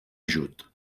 ajut